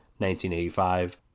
1985